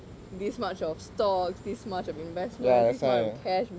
this much of stocks this much of investments this much of cash